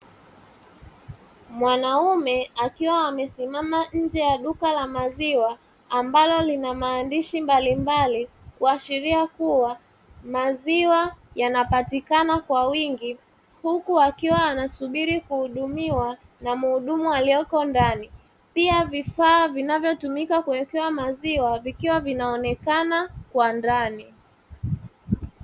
Mwanaume akiwa amesimama nje ya duka la maziwa ambalo lina maandishi mbalimbali kuashiria kuwa maziwa yanapatikana kwa wingi huku akiwa anasubiri kuhudumiwa na muhudumu aliyeko ndani, pia vifaa vinavyotumika kuwekewa maziwa vikiwa vinaonekana kwa ndani.